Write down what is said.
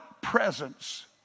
presence